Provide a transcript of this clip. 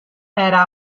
era